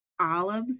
olives